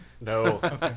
No